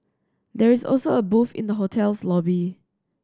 there is also a booth in the hotel's lobby